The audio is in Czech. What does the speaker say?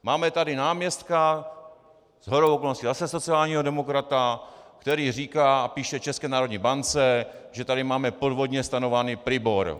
Máme tady náměstka, shodou okolností zase sociálního demokrata, který říká a píše České národní bance, že tady máme podvodně stanovený PRIBOR.